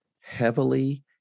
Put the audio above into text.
heavily